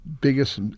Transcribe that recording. biggest